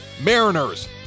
Mariners